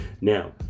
Now